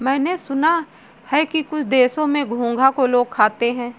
मैंने सुना है कुछ देशों में घोंघा को लोग खाते हैं